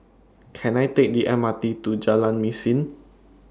Can I Take The M R T to Jalan Mesin